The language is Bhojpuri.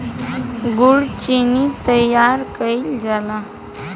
गुड़ चीनी तइयार कइल जाला